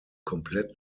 komplett